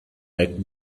back